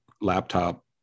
laptop